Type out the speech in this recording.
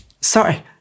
sorry